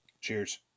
Cheers